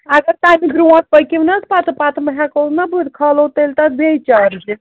اگر تَمہِ برٛونٛٹھ پٔکِو نہٕ حظ پَتہٕ پَتہٕ مہٕ ہٮ۪کو نَہ بہٕ کھالو تیٚلہِ تَتھ بیٚیہِ چارج